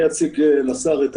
אני אציג לשר את